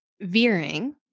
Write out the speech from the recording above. veering